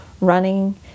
running